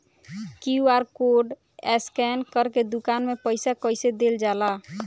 QR code scan करके दुकान में पईसा कइसे देल जाला?